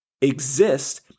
exist